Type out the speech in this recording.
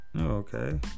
Okay